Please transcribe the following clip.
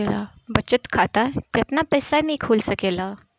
बचत खाता केतना पइसा मे खुल सकेला?